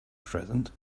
present